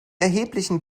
erheblichen